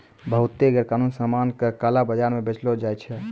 बहुते गैरकानूनी सामान का काला बाजार म बेचलो जाय छै